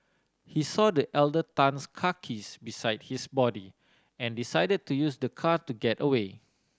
he saw the elder Tan's car keys beside his body and decided to use the car to get away